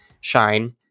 shine